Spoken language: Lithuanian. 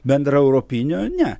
bendraeuropinio ne